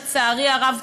לצערי הרב,